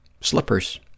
slippers